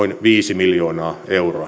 viisi miljoonaa euroa